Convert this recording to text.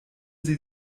sie